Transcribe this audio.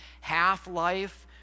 half-life